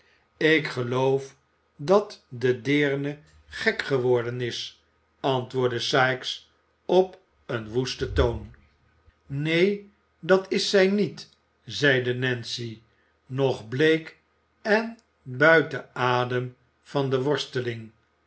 ik geloof dat de deerne gek geworden is antwoordde sikes op een woesten toon neen dat is zij niet zeide nancy nog bleek en buiten adem van de worsteling